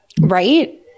Right